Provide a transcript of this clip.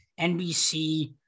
NBC